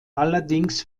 allerdings